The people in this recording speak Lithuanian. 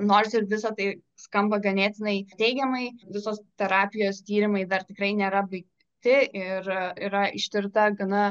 nors ir visa tai skamba ganėtinai teigiamai visos terapijos tyrimai dar tikrai nėra baigti ir yra ištirta gana